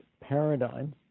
paradigm